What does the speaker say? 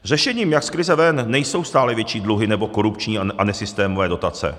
Řešením, jak z krize ven, nejsou stále větší dluhy nebo korupční a nesystémové dotace.